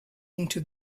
into